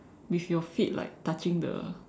with your feet like touching the